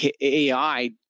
AI